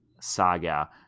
saga